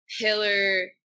pillar